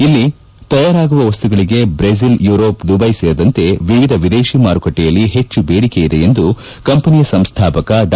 ಇಲ್ಲಿ ತಯಾರಾಗುವ ಮಸ್ತುಗಳಿಗೆ ಟ್ರೆಜಿಲ್ ಯುರೋಪ್ ದುಬ್ಲೆ ಸೇರಿದಂತೆ ವಿವಿಧ ವಿದೇಶಿ ಮಾರುಕಟ್ಲೆಯಲ್ಲಿ ಹೆಚ್ಚು ಬೇಡಿಕೆ ಇದೆ ಎಂದು ಕಂಪನಿಯ ಸಂಸ್ಥಾಪಕ ಡಾ